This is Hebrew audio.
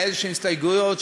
לאיזשהן הסתייגויות,